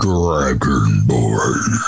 Dragonborn